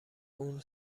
اون